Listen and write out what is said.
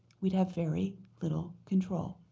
we'd have very little control.